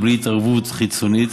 בלי התערבות חיצונית,